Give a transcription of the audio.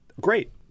great